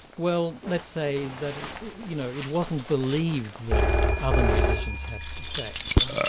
well, let's say that you know it wasn't believed that other musicians had to face.